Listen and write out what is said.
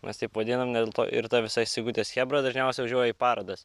mes taip vadiname dėl to ir ta visa sigutės chebra dažniausiai važiuoja į parodas